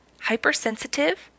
Hypersensitive